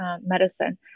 medicine